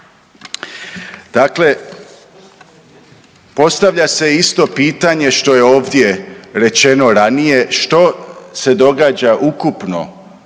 Dakle, postavlja se isto pitanje što je ovdje rečeno ranije, što se događa ukupno